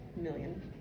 million